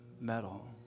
metal